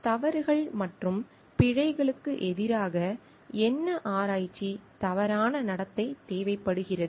தவறுகள் மற்றும் பிழைகளுக்கு எதிராக என்ன ஆராய்ச்சி தவறான நடத்தை தேவைப்படுகிறது